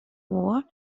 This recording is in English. war